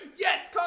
yes